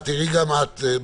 גם את,